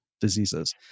diseases